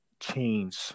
change